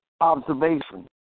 observation